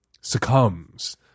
succumbs